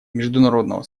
международного